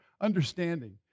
understanding